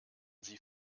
sie